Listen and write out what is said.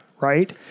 Right